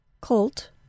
colt